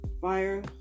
fire